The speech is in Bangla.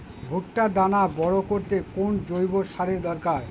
ভুট্টার দানা বড় করতে কোন জৈব সারের দরকার?